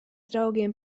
draugiem